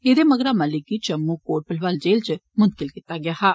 एह्दे मगरा मलिक गी जम्मू कोट भलवाल जेल च मुल्तकित कीता गेदा हा